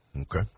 Okay